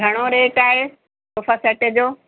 घणो रेट आहे sofa set जो